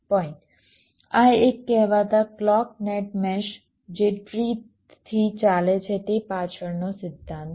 point આ એક કહેવાતા ક્લૉક નેટ મેશ જે ટ્રીથી ચાલે તે પાછળનો સિદ્ધાંત છે